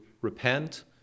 repent